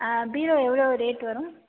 ஆ bureau எவளோ rate வரும்